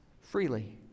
freely